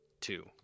two